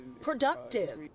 productive